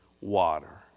water